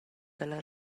dalla